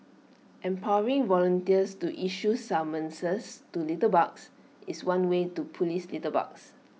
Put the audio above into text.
empowering volunteers to issue summonses to litterbugs is one way to Police litterbugs